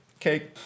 Okay